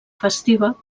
festiva